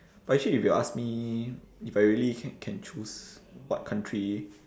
but actually if you ask me if I really can can choose what country